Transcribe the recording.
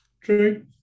True